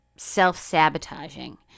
self-sabotaging